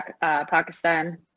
Pakistan